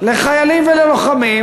לחיילים וללוחמים,